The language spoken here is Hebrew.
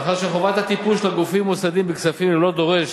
מאחר שחובת הטיפול של גופים מוסדיים בכספים ללא דורש